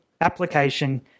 Application